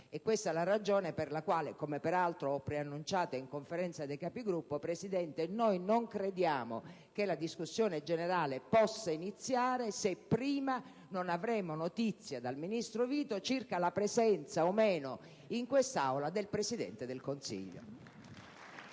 questa ragione, signor Presidente, come peraltro ho preannunciato in Conferenza dei Capigruppo, noi non crediamo che la discussione generale possa iniziare, se prima non avremo notizia dal ministro Vito circa la presenza o meno in quest'Aula del Presidente del Consiglio.